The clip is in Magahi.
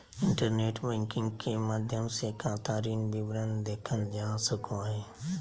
इंटरनेट बैंकिंग के माध्यम से खाता ऋण विवरण देखल जा सको हइ